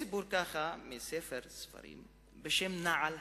יש סיפור בשם "נעל המלך".